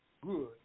good